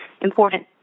important